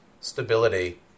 stability